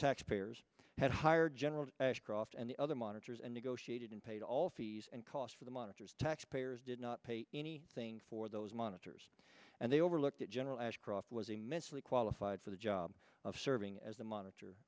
taxpayers had hired general ashcroft and the other monitors and negotiated and paid all fees and cost for the monitors taxpayers did not pay any thing for those monitors and they overlooked that general ashcroft was a mentally qualified for the job of serving as the monitor